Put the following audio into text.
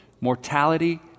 mortality